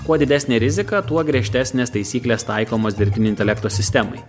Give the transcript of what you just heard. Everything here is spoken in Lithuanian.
kuo didesnė rizika tuo griežtesnės taisyklės taikomos dirbtinio intelekto sistemai